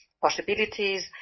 possibilities